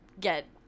get –